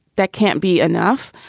that can't be enough.